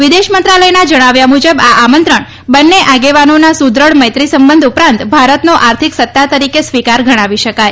વિદેશ મંત્રાલયના જણાવ્યા મુજબ આ આમંત્રણ બંને આગેવાનોના સુદૃઢ મૈત્રીસંબંધ ઉપરાંત ભારતનો આર્થિક સત્તા તરીકે સ્વીકાર ગણાવી શકાય